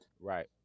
Right